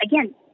Again